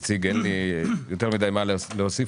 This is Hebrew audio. אין לי יותר מידי מה להוסיף.